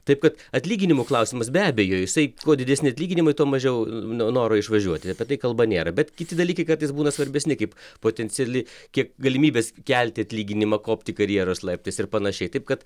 taip kad atlyginimų klausimas be abejo jisai kuo didesni atlyginimai tuo mažiau noro išvažiuoti apie tai kalba nėra bet kiti dalykai kartais būna svarbesni kaip potenciali kiek galimybės kelti atlyginimą kopti karjeros laiptais ir panašiai taip kad